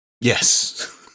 Yes